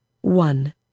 one